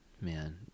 Man